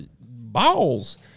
Balls